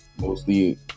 mostly